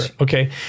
Okay